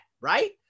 right